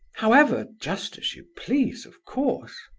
however, just as you please, of course.